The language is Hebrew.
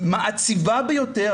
מעציבה ביותר,